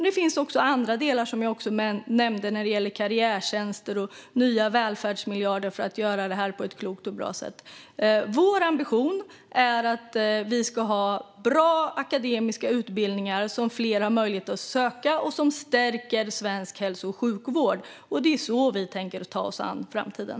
Det finns också andra delar, som jag nämnde, när det gäller karriärtjänster och nya välfärdsmiljarder för att göra detta på ett klokt och bra sätt. Vår ambition är att vi ska ha bra akademiska utbildningar som fler har möjlighet att söka och som stärker svensk hälso och sjukvård. Det är så vi tänker ta oss an framtiden.